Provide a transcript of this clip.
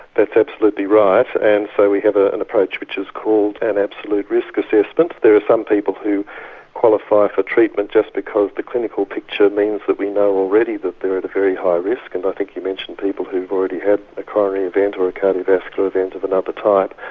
that's absolutely right and so we have an approach which is called an absolute risk assessment. there are some people who qualify for treatment just because the clinical picture means that we know already that they're at a very high risk and i think you mentioned people who have already had a coronary event or a cardiovascular event of another type.